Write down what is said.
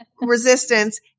resistance